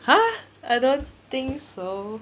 !huh! I don't think so